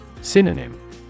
Synonym